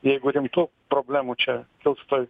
jeigu rimtų problemų čia kils tuoj